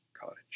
cottage